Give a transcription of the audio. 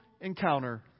encounter